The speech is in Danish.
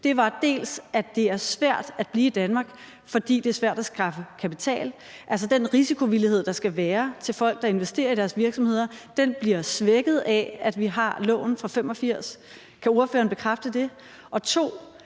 var, at det er svært at blive i Danmark, fordi det er svært at skaffe kapital. Altså, den risikovillighed, der skal være for folk, der investerer i deres virksomheder, bliver svækket af, at vi har loven fra 1985. Kan ordføreren bekræfte det?